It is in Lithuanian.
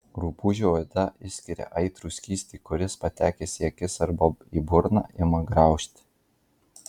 rupūžių oda išskiria aitrų skystį kuris patekęs į akis arba į burną ima graužti